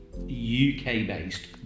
UK-based